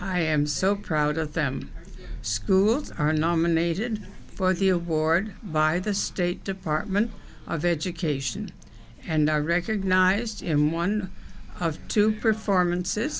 i am so proud of them schools are nominated for the award by the state department of education and are recognized in one of two performances